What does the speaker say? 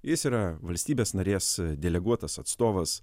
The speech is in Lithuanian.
jis yra valstybės narės deleguotas atstovas